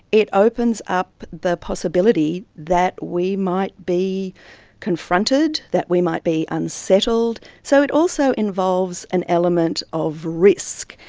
it opens up the possibility that we might be confronted, that we might be unsettled. so it also involves an element of risk.